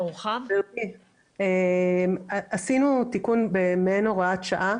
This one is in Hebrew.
גברתי, עשינו תיקון במעין הוראת שעה,